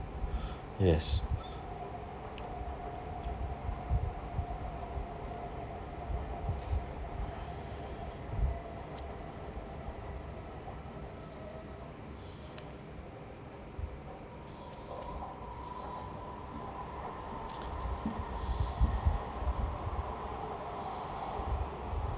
yes